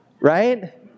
Right